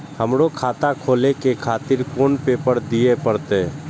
हमरो खाता खोले के खातिर कोन पेपर दीये परतें?